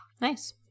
Nice